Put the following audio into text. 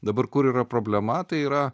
dabar kur yra problema tai yra